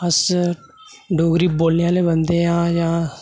अस डोगरी बोलने आह्ले बंदे आं जां